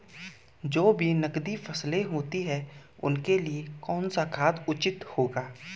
जो भी नकदी फसलें होती हैं उनके लिए कौन सा खाद उचित होगा?